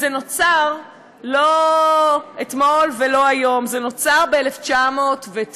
זה נוצר לא אתמול ולא היום, זה נוצר ב-1909,